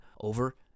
over